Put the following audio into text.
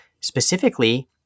Specifically